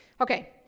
Okay